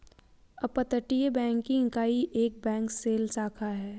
अपतटीय बैंकिंग इकाई एक बैंक शेल शाखा है